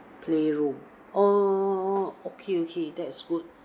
play room oh okay okay that's good